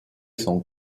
son